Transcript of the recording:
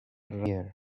here